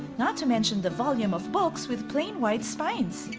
not to mention the volume of books with plain white spines!